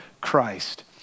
Christ